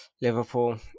Liverpool